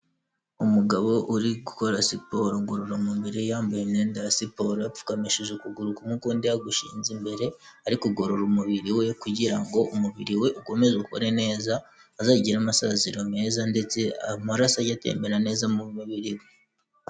Umugabo uri gukora siporo ngororamubiri yambaye imyenda ya siporo, apfukamishije ukuguru kumwe ukundi yagushinze imbere ari kugorora umubiri we kugira ngo umubiri we ukomeze ukore neza, azagire amasaziro meza ndetse amaraso ajye atembera neza mu mubiri we.